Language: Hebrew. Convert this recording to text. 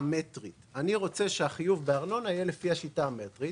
רוצה שהחיוב בארנונה יהיה לפי השיטה המטרית.